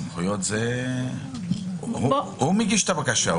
הוא מגיש את הבקשה.